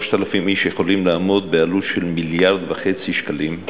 3,000 איש יכולים לעמוד בעלות של מיליארד וחצי שקלים?